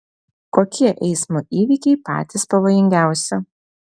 kokie eismo įvykiai patys pavojingiausi